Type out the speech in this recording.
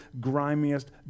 grimiest